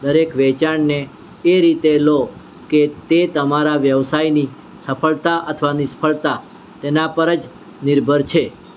દરેક વેચાણને એ રીતે લો કે તે તમારા વ્યવસાયની સફળતા અથવા નિષ્ફળતા તેના પર જ નિર્ભર છે